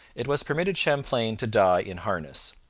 it was permitted champlain to die in harness.